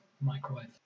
microwave